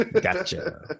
Gotcha